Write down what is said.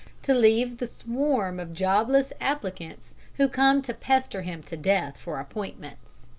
to leave the swarm of jobless applicants who come to pester him to death for appointments.